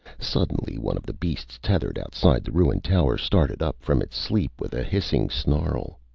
suddenly one of the beasts tethered outside the ruined tower started up from its sleep with a hissing snarl.